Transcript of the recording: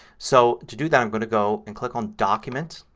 so to do that i'm going to go and click on document,